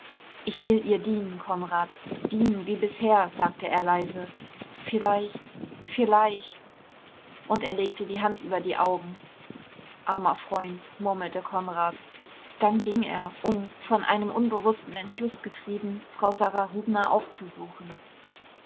ich will ihr dienen konrad dienen wie bisher sagte er leise vielleicht vielleicht und er legte die hand über die augen armer freund murmelte konrad dann ging er um von einem unbewußten entschluß getrieben frau sara rubner aufzusuchen